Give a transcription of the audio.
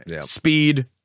Speed